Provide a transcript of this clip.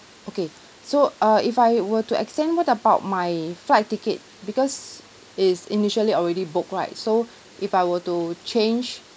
okay so uh if I were to extend what about my flight ticket because it's initially already booked right so if I were to change